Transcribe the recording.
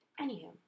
anywho